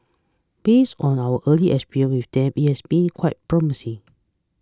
based on our early experience with them it has been quite promising